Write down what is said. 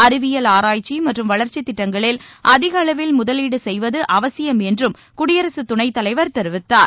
அறிவியல் ஆராய்ச்சி மற்றும் வளர்ச்சித் திட்டங்களில் அதிகளவில் முதவீடு செய்வது அவசியம் என்றும் குடியரசு துணைத் தலைவர் தெரிவித்தார்